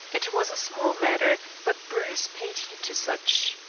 it was a small matter, but bruce paid heed to such.